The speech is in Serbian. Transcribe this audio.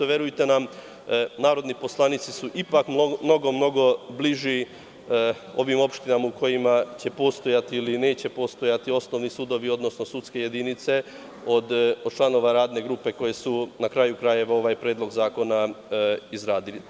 Verujte nam, narodni poslanici su ipak mnogo, mnogo bliži ovim opštinama u kojima će postojati ili neće postojati osnovni sudovi, odnosno sudske jedinice od članova radne grupe koji su, na kraju krajeva, ovaj predlog zakona izradili.